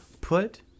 put